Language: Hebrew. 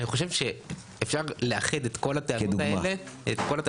אני חושב שאפשר לאחד את כל הטענות האלה לכותרת